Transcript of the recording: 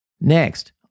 Next